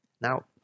Now